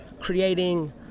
creating